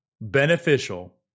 beneficial